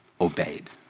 obeyed